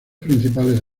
principales